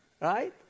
right